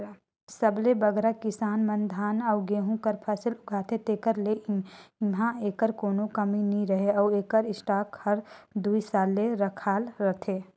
सबले बगरा किसान मन धान अउ गहूँ कर फसिल उगाथें तेकर ले इहां एकर कोनो कमी नी रहें अउ एकर स्टॉक हर दुई साल ले रखाल रहथे